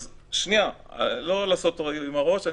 אז, שנייה, לא לעשות תנועה עם הראש.